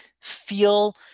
feel